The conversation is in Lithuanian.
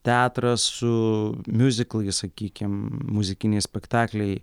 teatras su miuziklais sakykim muzikiniai spektakliai